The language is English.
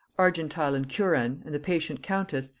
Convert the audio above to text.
argentile and curan, and the patient countess,